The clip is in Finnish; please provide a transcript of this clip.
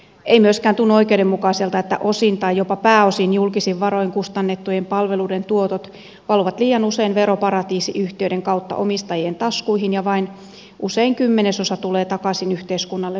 ei myöskään tunnu oikeudenmukaiselta että osin tai jopa pääosin julkisin varoin kustannettujen palveluiden tuotot valuvat liian usein veroparatiisiyhtiöiden kautta omistajien taskuihin ja usein vain kymmenesosa tulee takaisin yhteiskunnalle verojen muodossa